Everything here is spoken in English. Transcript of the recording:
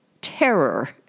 Terror